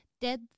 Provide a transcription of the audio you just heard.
dead